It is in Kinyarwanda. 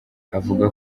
avuga